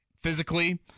physically